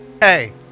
Hey